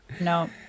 No